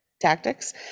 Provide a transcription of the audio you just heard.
tactics